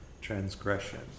transgression